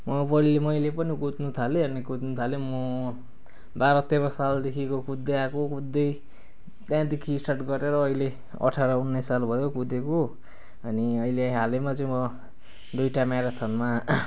म प मैले पनि कुद्नु थालेँ अनि कुद्नु थालेँ म बाह्र तेह्र सालदेखिको कुद्दै आएको कुद्दै त्यहाँदेखि स्टार्ट गरेर अहिले अठार उन्नाइस साल भयो कुदेको अनि अहिले हालैमा चाहिँ म दुइटा म्याराथनमा